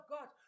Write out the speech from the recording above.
God